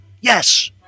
Yes